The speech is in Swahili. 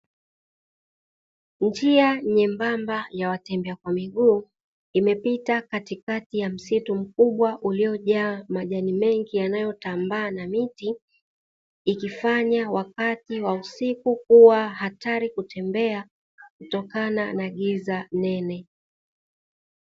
Njia nyembamba ya watembea kwa miguu imepita katikati ya msitu mkubwa uliojaa majani mengi yanayotambaa na miti, ikifanya wakati wa usiku kuwa hatari kutembea kutokana na giza nene.